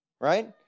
right